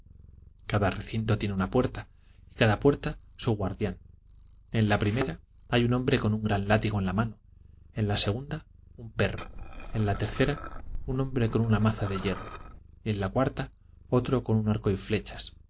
recinto tiene una puerta y cada puerta su guardián en la primera hay un hombre con un gran látigo en la mano en la segunda un perro en la tercera un hombre con una maza de hierro en la cuarta otro con un arco y flechas